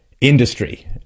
industry